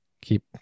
Keep